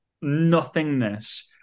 nothingness